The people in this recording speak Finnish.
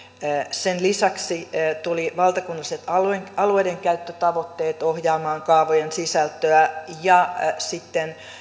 sen lisäksi tulivat valtakunnalliset alueiden alueiden käyttötavoitteet ohjaamaan kaavojen sisältöä ja sitten